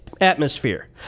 atmosphere